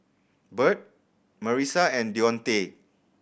Bert Marisa and Dionte